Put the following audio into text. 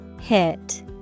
Hit